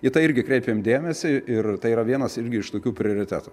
į tai irgi kreipiam dėmesį ir tai yra vienas irgi iš tokių prioritetų